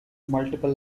multiple